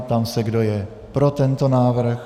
Ptám se, kdo je pro tento návrh.